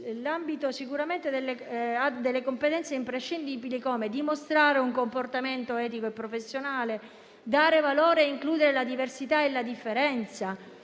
hanno competenze imprescindibili come dimostrare un comportamento etico e professionale, dare valore e includere la diversità e la differenza,